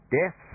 death